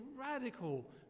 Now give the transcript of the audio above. radical